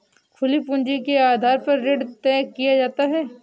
खुली पूंजी के आधार पर ऋण तय किया जाता है